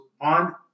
on